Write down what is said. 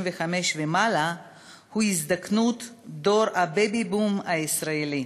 ומעלה הוא הזדקנות דור ה"בייבי בום" הישראלי.